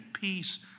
peace